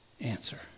answer